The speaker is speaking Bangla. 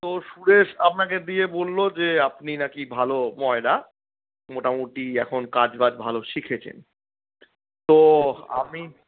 তো সুরেশ আপনাকে দিয়ে বলল যে আপনি নাকি ভালো ময়রা মোটামুটি এখন কাজ বাজ ভালো শিখেছেন তো আমি